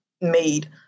made